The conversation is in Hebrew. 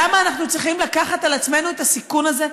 למה אנחנו צריכים לקחת על עצמנו את הסיכון הזה,